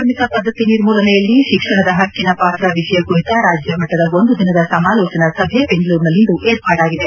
ಬಾಲಕಾರ್ಮಿಕ ಪದ್ದತಿ ನಿರ್ಮೂಲನೆಯಲ್ಲಿ ಶಿಕ್ಷಣದ ಹಕ್ಕಿನ ಪಾತ್ರ ವಿಷಯ ಕುರಿತ ರಾಜ್ಯಮಟ್ಟದ ಒಂದು ದಿನದ ಸಮಾಲೋಚನಾ ಸಭೆ ಬೆಂಗಳೂರಿನಲ್ಲಿಂದು ಏರ್ಪಾಡಾಗಿದೆ